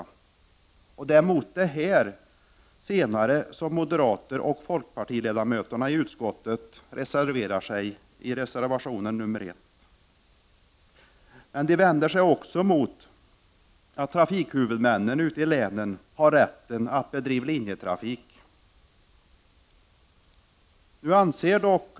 Mot detta senare vänder sig moch fp-ledamöterna i utskottet i reservation 1. De vänder sig också mot att trafikhuvudmännen ute i länen har rätten att bedriva linjetrafik.